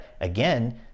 again